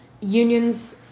Unions